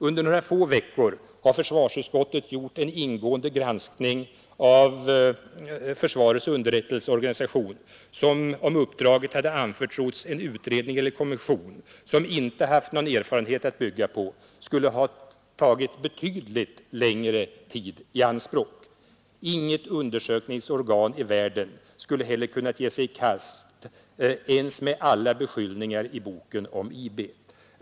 Under några få veckor har försvarsutskottet gjort en ingående granskning av försvarets underrättelseorganisation som, om uppdraget hade anförtrotts en utredning eller kommission som inte hade haft någon erfarenhet att bygga på, skulle ha tagit betydligt längre tid i anspråk. Inget undersökningsorgan i världen skulle heller ha kunnat ge sig i kast ens med alla beskyllningar i boken om IB.